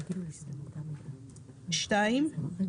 יש לנו בפקודה הגדרות לתקנות התעבורה ולכן כאן זה מיותר.